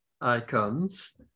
icons